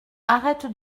arrête